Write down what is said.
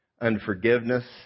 unforgiveness